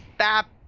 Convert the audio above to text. that